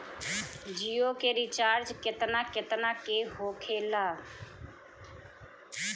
जियो के रिचार्ज केतना केतना के होखे ला?